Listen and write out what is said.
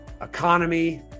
economy